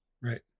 Right